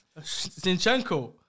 Zinchenko